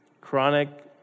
chronic